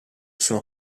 sono